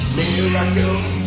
miracles